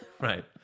Right